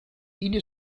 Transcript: ine